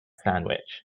sandwich